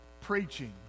preaching